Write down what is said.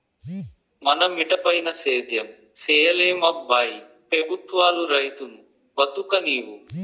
మన మిటపైన సేద్యం సేయలేమబ్బా ఈ పెబుత్వాలు రైతును బతుకనీవు